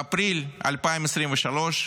באפריל 2023,